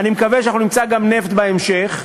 ואני מקווה שנמצא גם נפט בהמשך,